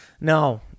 No